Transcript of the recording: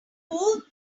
whole